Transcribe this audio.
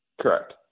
Correct